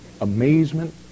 amazement